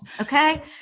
Okay